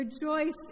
Rejoice